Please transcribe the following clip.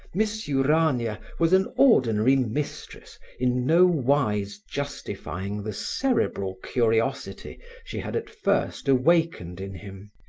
miss urania was an ordinary mistress, in no wise justifying the cerebral curiosity she had at first awakened in him.